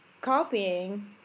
copying